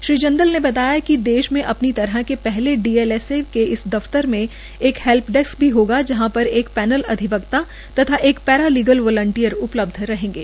श्रीजिंदल ने बताया कि देश मे अपनी तरह के पहले डी एल एस ए के इस दफतर मे एक हैल्प डेस्क् भी होगा जहां पर पैनल अधिवकता तथा एक पैरा वालिंयर उपलब्ध रहेंगे